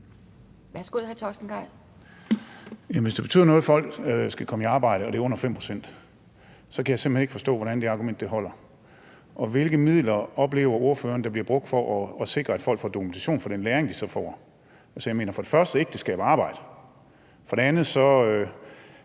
hvis det betyder noget, at folk skal komme i arbejde, og det er under 5 pct., der kommer i arbejde, så kan jeg simpelt hen ikke forstå, hvordan det argument holder. Og hvilke midler oplever ordføreren der bliver brugt for at sikre, at folk får dokumentation for den læring, de så får? For det første mener jeg ikke, det fører til arbejde, og for det andet er